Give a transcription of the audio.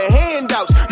handouts